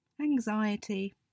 anxiety